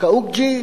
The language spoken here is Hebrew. קאוקג'י